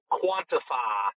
quantify